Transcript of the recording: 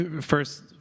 First